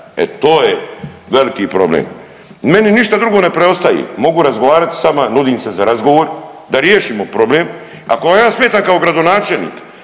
e to je veliki problem. Meni ništa drugo ne preostaje, mogu razgovarat s vama, nudim se za razgovor da riješimo problem. Ako vam ja smetam kao gradonačelnik